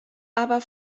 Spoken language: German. aber